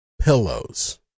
pillows